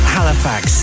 Halifax